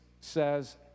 says